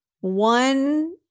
one